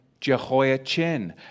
Jehoiachin